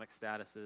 statuses